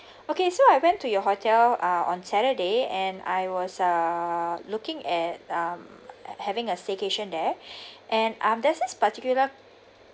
okay so I went to your hotel uh on saturday and I was err looking at um having a staycation there and um there's this particular